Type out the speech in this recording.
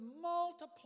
multiply